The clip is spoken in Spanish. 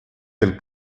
del